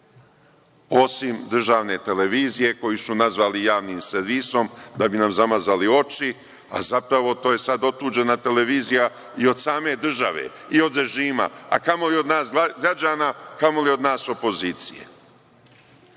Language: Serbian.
osim državne televizije koju su nazvali Javnim servisom da bi nam zamazali oči, a zapravo to je sad otuđena televizija i od same države i od režima, a kamoli od nas građana, kamoli od nas opozicije. Pojedine